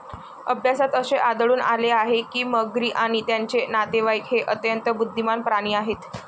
अभ्यासात असे आढळून आले आहे की मगरी आणि त्यांचे नातेवाईक हे अत्यंत बुद्धिमान प्राणी आहेत